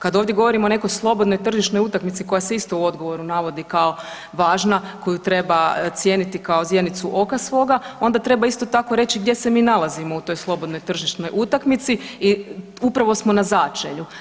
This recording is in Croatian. Kad ovdje govorimo o nekoj slobodnoj tržišnoj utakmici koja se isto u odgovoru navodi kao važna, koju treba cijeniti kao zjenicu oka svoga, onda treba isto tako reći gdje se mi nalazimo u toj slobodnoj tržišnoj utakmici i upravo smo na začelju.